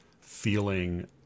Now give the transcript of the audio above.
feeling